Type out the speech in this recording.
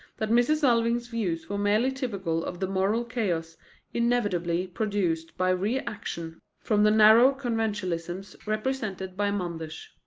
that mrs. alving's views were merely typical of the moral chaos inevitably produced by re-action from the narrow conventionalism represented by manders.